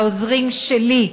לעוזרים שלי,